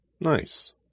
Nice